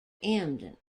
emden